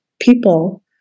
people